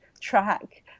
Track